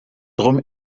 drum